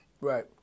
Right